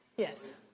Yes